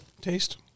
taste